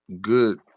good